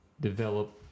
develop